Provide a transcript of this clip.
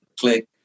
click